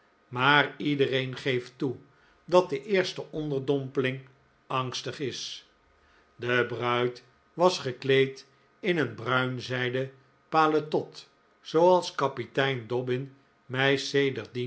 maar iedereen geeft toe dat de eerste onderdompeling angstig is de bruid was gekleed in een bruin zijden paletot zooals kapitein dobbin